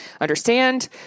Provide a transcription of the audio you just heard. understand